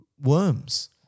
worms